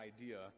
idea